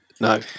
no